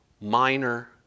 minor